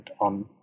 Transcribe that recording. on